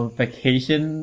vacation